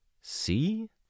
See